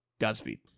Godspeed